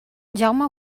jaume